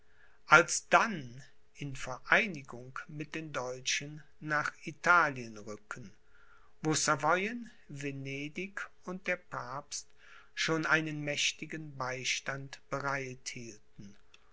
alsdann in vereinigung mit den deutschen nach italien rücken wo savoyen venedig und der papst schon einen mächtigen beistand